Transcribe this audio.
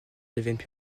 deviennent